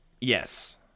Yes